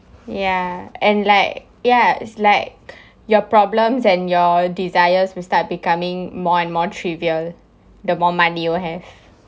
ya and like ya is like your problems and your desires will start becoming more and more trivial the more money you have